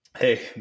Hey